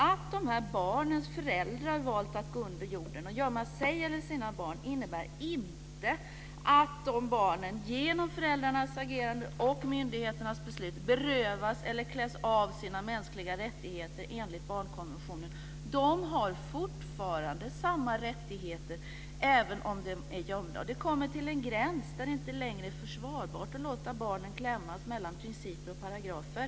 Att dessa barns föräldrar har valt att gå under jorden och gömma sig själva eller barnen, innebär inte att de barnen genom föräldrarnas agerande och myndigheternas beslut berövas eller kläs av sina mänskliga rättigheter enligt barnkonventionen. De har fortfarande samma rättigheter, även om de är gömda. Det kommer till en gräns där det inte längre är försvarbart att låta barnen klämmas mellan principer och paragrafer.